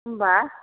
होनब्ला